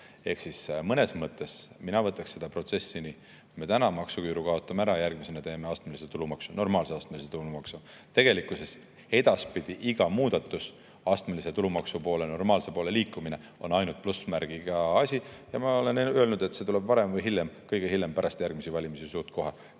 Ehk siis mõnes mõttes mina võtaksin seda protsessi nii: me täna maksuküüru kaotame ära, järgmisena teeme astmelise tulumaksu – normaalse astmelise tulumaksu. Tegelikkuses edaspidi iga muudatus normaalse astmelise tulumaksu poole liikumisel on ainult plussmärgiga asi ja ma olen öelnud, et see tuleb varem või hiljem – kõige hiljem pärast järgmisi valimisi suht kohe,